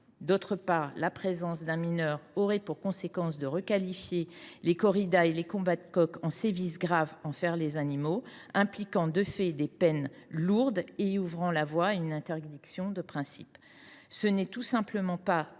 outre, la présence d’un mineur aurait pour conséquence de requalifier les corridas et les combats de coqs en sévices graves envers les animaux, entraînant de fait de lourdes peines et ouvrant la voie à une interdiction de principe. Cela n’est tout simplement pas